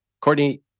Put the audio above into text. Courtney